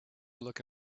look